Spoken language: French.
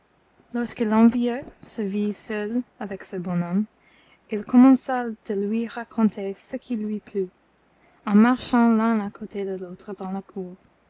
lorsque l'envieux se vit seul avec ce bon homme il commença de lui raconter ce qui lui plut en marchant l'un à côté de l'autre dans la cour